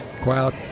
Quiet